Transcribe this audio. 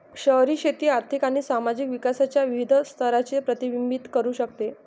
शहरी शेती आर्थिक आणि सामाजिक विकासाच्या विविध स्तरांचे प्रतिबिंबित करू शकते